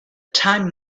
time